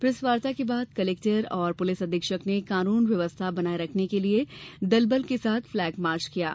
प्रेसवार्ता के बाद कलेक्टर और पुलिस अधीक्षक ने कानून व्यवस्था बनाये रखने के लिये दल बल के साथ फ्लैग मार्च किया गया